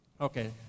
Okay